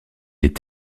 est